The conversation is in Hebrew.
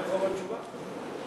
אין תשובה?